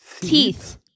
Teeth